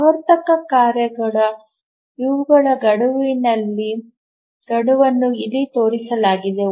ಆವರ್ತಕ ಕಾರ್ಯಗಳು ಇವುಗಳ ಗಡುವನ್ನು ಇಲ್ಲಿ ತೋರಿಸಲಾಗಿದೆ